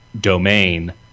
domain